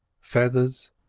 feathers,